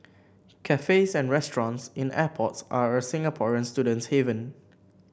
cafes and restaurants in airports are a Singaporean student's haven